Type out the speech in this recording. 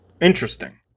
Interesting